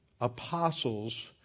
apostles